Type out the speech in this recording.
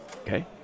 Okay